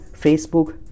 Facebook